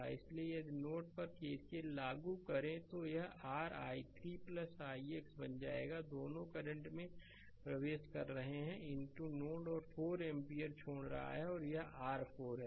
इसलिए यदि नोड पर KCL लागू करें तो यह r i3 ix बन जाएगा दोनों करंट में प्रवेश कर रहे हैं नोड और 4 एम्पीयर छोड़ रहा है और यह r 4 है